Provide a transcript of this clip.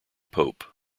pope